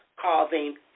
causing